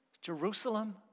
Jerusalem